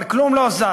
אבל כאן כלום לא זז.